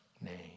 name